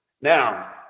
Now